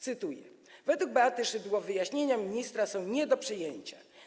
Cytuję: Według Beaty Szydło wyjaśnienia ministra są nie do przyjęcia.